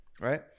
right